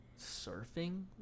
surfing